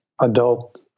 adult